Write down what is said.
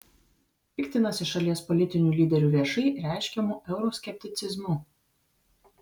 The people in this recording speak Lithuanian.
piktinasi šalies politinių lyderių viešai reiškiamu euroskepticizmu